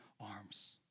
arms